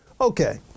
Okay